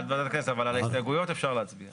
עד ועדת הכנסת, אבל על ההסתייגויות אפשר להצביע.